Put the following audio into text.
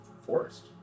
forest